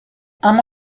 اما